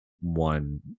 one